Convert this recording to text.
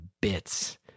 bits